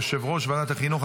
יושב-ראש ועדת החינוך,